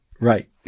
right